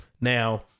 now